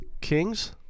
Kings